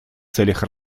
целях